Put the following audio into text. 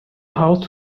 house